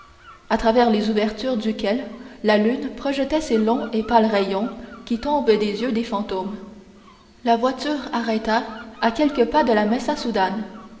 à travers les ouvertures duquel la lune projetait ces longs et pâles rayons qui tombent des yeux des fantômes la voiture arrêta à quelques pas de la mesa sudans